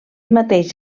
mateix